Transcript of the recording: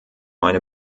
eine